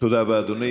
תודה רבה, אדוני.